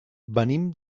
venim